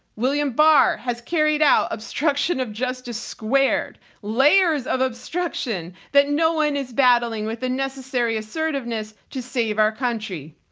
william barr has carried out obstruction of justice squared, layers of obstruction that no one is battling with unnecessary assertiveness to save our country.